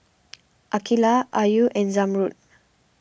Aqeelah Ayu and Zamrud